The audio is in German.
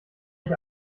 ich